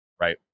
right